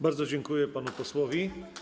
Bardzo dziękuję panu posłowi.